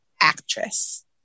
actress